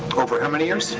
over how many years?